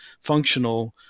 functional